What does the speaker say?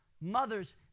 Mothers